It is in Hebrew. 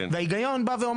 ההיגיון אומר